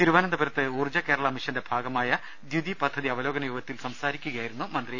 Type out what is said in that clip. തിരുവനന്തപുരത്ത് ഊർജ്ജ കേരള മിഷന്റെ ഭാഗമായ ദ്യുതി പദ്ധതി അവലോകന യോഗത്തിൽ പങ്കെടുത്ത് സംസാരിക്കുകയായിരുന്നു മന്ത്രി